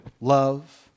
love